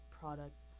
Products